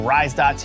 Rise.TV